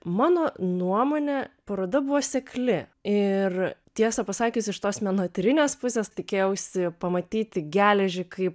mano nuomone paroda buvo sekli ir tiesą pasakius iš tos menotyrinės pusės tikėjausi pamatyti geležį kaip